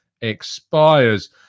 expires